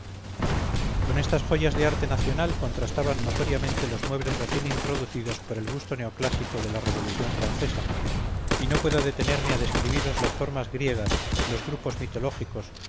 con estas joyas del arte nacional contrastaban notoriamente los muebles recién introducidos por el gusto neoclásico de la revolución francesa y no puedo detenerme a describiros las formas griegas los grupos mitológicos